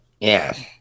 Yes